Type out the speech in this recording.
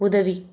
உதவி